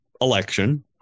election